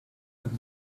that